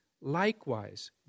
likewise